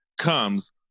comes